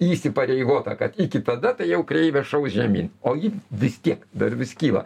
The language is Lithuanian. įsipareigota kad iki tada tai jau kreivė šaus žemyn o ji vis tiek dar vis kyla